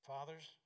Fathers